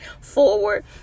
forward